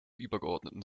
übergeordneten